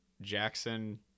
Jackson